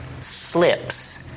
slips